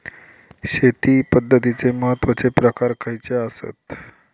शेती पद्धतीचे महत्वाचे प्रकार खयचे आसत?